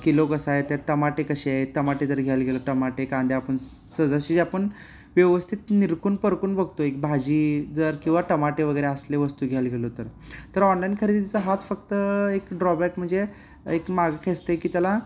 kilo कसं आहे त्यात टमाटे कसे आहे टमाटे जर घ्यायला गेलं टमाटे कांदे आपण सहजासहजी आपण व्यवस्थित निरखून पारखून बघतो आहे एक भाजी जर किंवा टमाटे वगैरे असले वस्तू घ्यायला गेलो तर तर ऑनलाईन खरेदीचा हाच फक्त एक ड्रॉबॅक म्हणजे एक मागं खेचतं आहे की त्याला